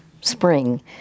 spring